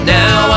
now